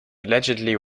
allegedly